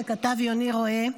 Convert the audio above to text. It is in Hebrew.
שכתב יוני רועה,